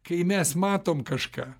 kai mes matom kažką